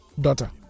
daughter